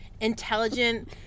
intelligent